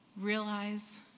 realize